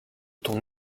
ton